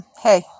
hey